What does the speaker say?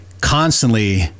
constantly